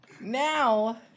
now